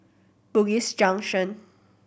Bugis Junction